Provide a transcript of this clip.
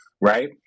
right